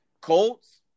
Colts